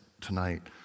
tonight